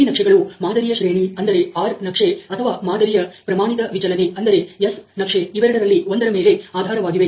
ಈ ನಕ್ಷೆಗಳು ಮಾದರಿಯ ಶ್ರೇಣಿ ಅಂದರೆ R ನಕ್ಷೆ ಅಥವಾ ಮಾದರಿಯ ಪ್ರಮಾಣಿತ ವಿಚಲನೆ ಅಂದರೆ ಎಸ್ ನಕ್ಷೆಇವೆರಡರಲ್ಲಿ ಒಂದರ ಮೇಲೆ ಆಧಾರವಾಗಿವೆ